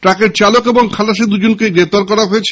ট্রাকের চালক ও খালাসী দুজনকেই গ্রেফতার করা হয়েছে